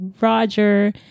roger